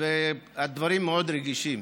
והדברים מאוד רגישים.